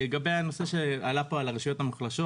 לגבי הנושא שעלה פה על הרשויות המוחלשות,